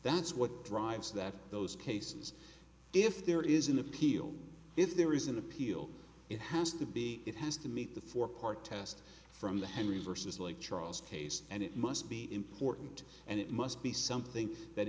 that's what drives that those cases if there is an appeal if there is an appeal it has to be it has to meet the forepart test from the henry versus like charles case and it must be important and it must be something that